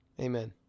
Amen